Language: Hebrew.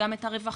גם את הרווחה,